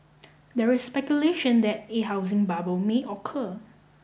there is speculation that A housing bubble may occur